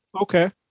Okay